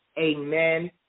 amen